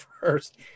first